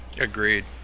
Agreed